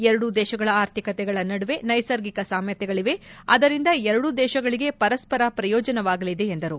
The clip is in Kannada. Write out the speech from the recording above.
ಎರಡೂ ದೇಶಗಳ ಆರ್ಥಿಕತೆಗಳ ನಡುವೆ ನೈಸರ್ಗಿಕ ಸಾಮ್ಯತೆಗಳಿವೆ ಅದರಿಂದ ಎರಡೂ ದೇಶಗಳಿಗೆ ಪರಸ್ವರ ಪ್ರಯೋಜನವಾಗಲಿದೆ ಎಂದರು